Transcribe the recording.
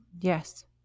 Yes